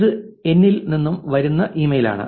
ഇത് എന്നിൽ നിന്നും വരുന്ന ഒരു ഇമെയിൽ ആണ്